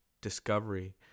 discovery